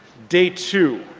day two,